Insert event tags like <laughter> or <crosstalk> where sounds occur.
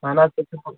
اہن حظ <unintelligible>